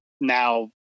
now